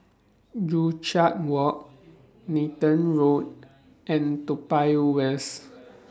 Joo Chiat Walk Nathan Road and Toa Payoh West